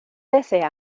desea